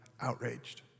outraged